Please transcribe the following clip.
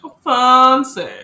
Fancy